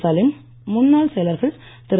சலீம் முன்னாள் செயலர்கள் திரு